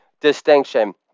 distinction